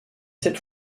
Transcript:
cette